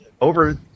Over